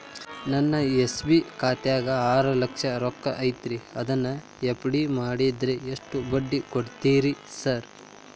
ನನ್ನ ಎಸ್.ಬಿ ಖಾತ್ಯಾಗ ಆರು ಲಕ್ಷ ರೊಕ್ಕ ಐತ್ರಿ ಅದನ್ನ ಎಫ್.ಡಿ ಮಾಡಿದ್ರ ಎಷ್ಟ ಬಡ್ಡಿ ಕೊಡ್ತೇರಿ ಸರ್?